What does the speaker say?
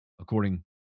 according